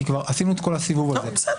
כי כבר עשינו את כל הסיבוב הזה.